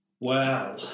Wow